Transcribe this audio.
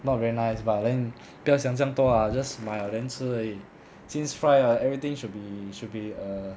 not very nice but then 不要想这样多 ah just 买了 then 吃而已 since fry 了 everything should be should be err